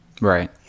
right